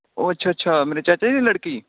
ਓ ਅੱਛਾ ਅੱਛਾ ਮੇਰੇ ਚਾਚਾ ਜੀ ਦੀ ਲੜਕੀ